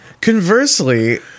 Conversely